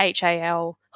HAL